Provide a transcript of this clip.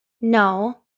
no